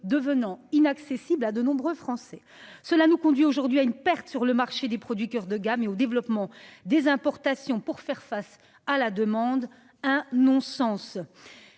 devenant inaccessible à de nombreux Français, cela nous conduit aujourd'hui à une perte sur le marché des produits coeur de gamme et au développement des importations pour faire face à la demande un non-sens